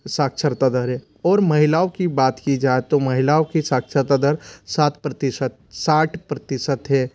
साक्षरता दर है और महिलाओं की बात की जाए तो महिलाओं की साक्षरता दर सात प्रतिशत साठ प्रतिशत है